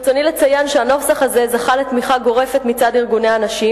ברצוני לציין שהנוסח הזה זכה לתמיכה גורפת מצד ארגוני הנשים,